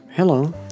Hello